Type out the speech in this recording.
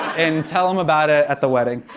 and tell them about it at the wedding.